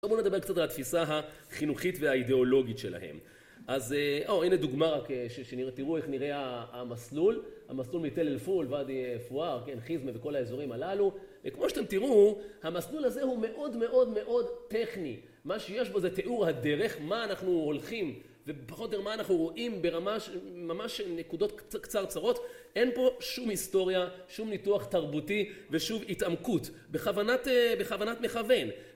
בואו נדבר קצת על התפיסה החינוכית והאידיאולוגית שלהם. אז הנה דוגמה רק, שתראו איך נראה המסלול. המסלול מטל אלפול, וואדי פואר, כן, חיזמה וכל האזורים הללו. וכמו שאתם תראו, המסלול הזה הוא מאוד מאוד מאוד טכני. מה שיש בו זה תיאור הדרך, מה אנחנו הולכים, ופחות או יותר מה אנחנו רואים ברמה של נקודות קצרצרות. אין פה שום היסטוריה, שום ניתוח תרבותי, ושוב התעמקות. בכוונת מכוון.